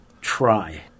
try